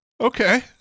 okay